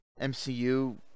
MCU